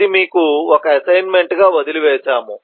ఇది మీకు ఒక అసైన్మెంట్ గా వదిలివేసాము